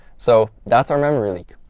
so that's our memory leak.